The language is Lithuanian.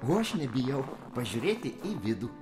o aš nebijau pažiūrėti į vidų